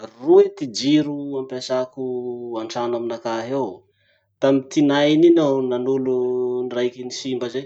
Roe ty jiro ampiasako antrano aminakahy eo. Tamy tinainy iny aho nanolo ny raiky nisimba zay.